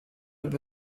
have